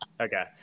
Okay